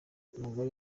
umugore